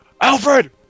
Alfred